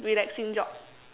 relaxing job